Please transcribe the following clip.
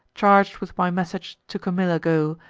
charg'd with my message, to camilla go,